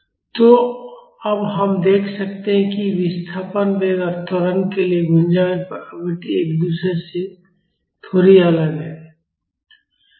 तो अब हम देख सकते हैं कि विस्थापन वेग और त्वरण के लिए गुंजयमान आवृत्ति एक दूसरे से थोड़ी अलग हैं